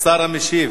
השר המשיב.